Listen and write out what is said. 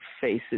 faces